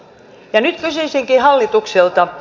nyt kysyisinkin hallitukselta